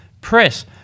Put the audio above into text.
press